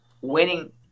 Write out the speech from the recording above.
winning